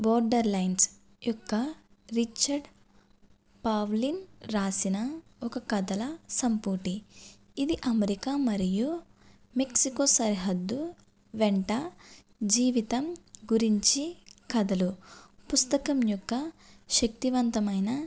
border lines యొక్క Richard Pavlin రాసిన ఒక కథల సంపుటి ఇది అమెరికా మరియు మెక్సికో సరిహద్దు వెంట జీవితం గురించి కథలు పుస్తకం యొక్క శక్తివంతమైన